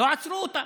לא עצרו אותם.